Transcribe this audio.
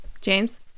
james